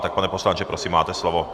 Tak pane poslanče, prosím, máte slovo.